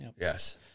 Yes